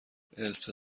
السه